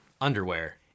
underwear